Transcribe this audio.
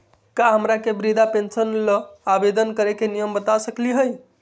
का हमरा के वृद्धा पेंसन ल आवेदन करे के नियम बता सकली हई?